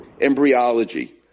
Embryology